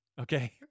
okay